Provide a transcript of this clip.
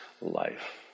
life